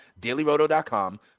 DailyRoto.com